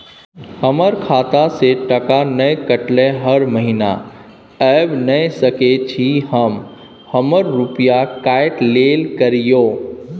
हमर खाता से टका नय कटलै हर महीना ऐब नय सकै छी हम हमर रुपिया काइट लेल करियौ?